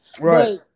right